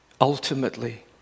ultimately